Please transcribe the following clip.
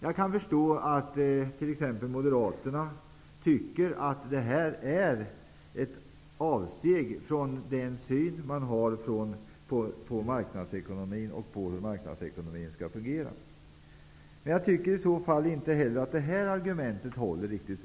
Jag kan förstå att t.ex. moderaterna tycker att detta är ett avsteg från den syn som man har på marknadsekonomin. Men inte heller detta argument håller riktigt.